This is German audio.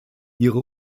ihre